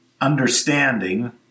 understanding